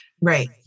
Right